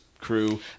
crew